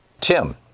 tim